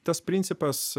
tas principas